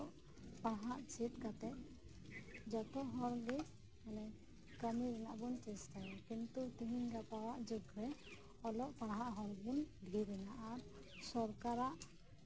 ᱪᱮᱫ ᱠᱟᱛᱮᱜ ᱡᱚᱛᱚ ᱦᱚᱲᱜᱮ ᱠᱟᱹᱢᱤ ᱨᱮᱱᱟᱜ ᱵᱚᱱ ᱪᱮᱥᱴᱟᱭᱟ ᱠᱤᱱᱛᱩ ᱛᱮᱦᱤᱧ ᱜᱟᱯᱟ ᱟᱜ ᱡᱩᱜᱽᱨᱮ ᱚᱞᱚᱜ ᱯᱟᱲᱦᱟᱜ ᱦᱚᱲᱵᱚᱱ ᱰᱷᱮᱨ ᱮᱱᱟ ᱟᱨ ᱥᱚᱨᱠᱟᱨᱟᱜ